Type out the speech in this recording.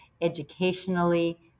educationally